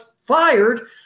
fired